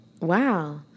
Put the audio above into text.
Wow